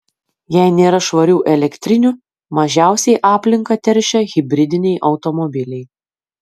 jei nėra švarių elektrinių mažiausiai aplinką teršia hibridiniai automobiliai